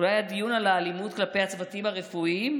אולי היה דיון על האלימות כלפי הצוותים הרפואיים?